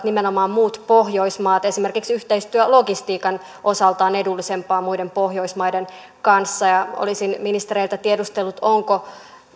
nimenomaan muut pohjoismaat esimerkiksi yhteistyö logistiikan osalta on edullisempaa muiden pohjoismaiden kanssa ja olisin ministereiltä tiedustellut onko